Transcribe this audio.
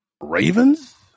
Ravens